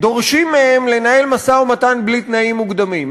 שדורשים מהם לנהל משא-ומתן בלי תנאים מוקדמים.